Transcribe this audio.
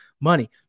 money